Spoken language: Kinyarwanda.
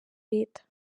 leta